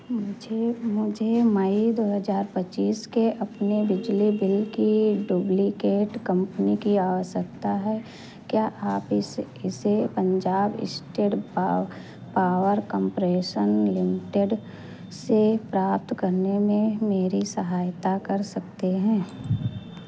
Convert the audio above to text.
मुझे मुझे मई दो हजार पचीस के अपने बिजली बिल की डुब्लिकेट कम्पनी की आवश्यकता है क्या आप इसे इसे Punjab state power corporation limited से प्राप्त करने में मेरी सहायता कर सकते हैं